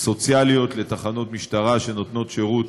סוציאליות לתחנות משטרה שנותנות שירות